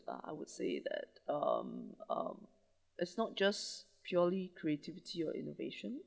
ah I would say that um um it's not just purely creativity or innovation